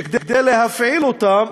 שכדי להפעיל אותן